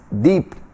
deep